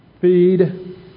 feed